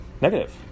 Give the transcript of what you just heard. Negative